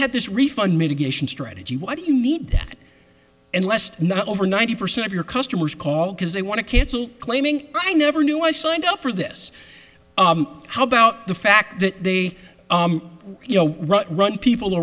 had this refund mitigation strategy why do you need that and lest not over ninety percent of your customers call because they want to cancel claiming i never knew i signed up for this how about the fact that you know run people